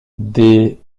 des